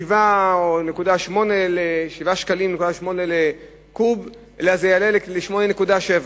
7.8 שקלים לקוב, אלא זה יעלה ל-8.7.